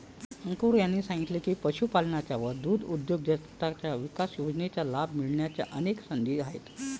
अंकुर यांनी सांगितले की, पशुपालकांना दुग्धउद्योजकता विकास योजनेचा लाभ मिळण्याच्या अनेक संधी आहेत